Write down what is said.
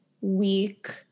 week